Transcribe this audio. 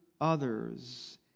others